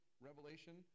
revelation